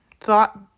thought